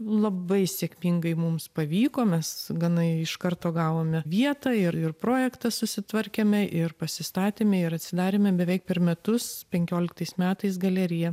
labai sėkmingai mums pavyko mes gana iš karto gavome vietą ir projektą susitvarkėme ir pasistatėme ir atsidarėme beveik per metuspenkioliktais metais galerija